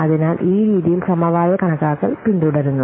അതിനാൽ ഈ രീതിയിൽ സമവായ കണക്കാക്കൽ പിന്തുടരുന്നു